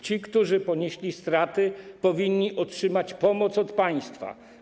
Ci, którzy ponieśli straty, powinni otrzymać pomoc od państwa.